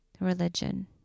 religion